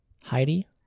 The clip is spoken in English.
Heidi